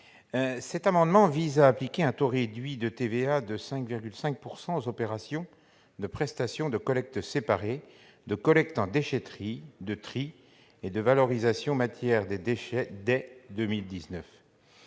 Cet amendement vise à appliquer un taux réduit de TVA à 5,5 % aux opérations de prestation de collecte séparée, de collecte en déchetterie, de tri et de valorisation-matière des déchets dès 2019,